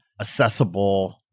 accessible